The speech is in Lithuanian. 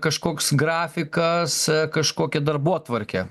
kažkoks grafikas kažkoki darbotvarkė